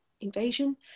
invasion